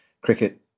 cricket